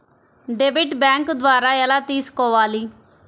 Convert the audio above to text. Debit bank ద్వారా ఎలా తీసుకోవాలి?